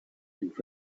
and